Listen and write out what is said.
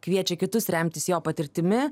kviečia kitus remtis jo patirtimi